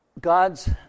God's